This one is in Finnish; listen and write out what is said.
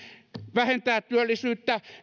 vähentää työllisyyttä